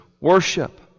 worship